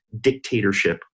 dictatorship